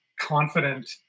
confident